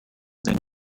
than